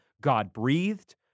God-breathed